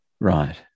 Right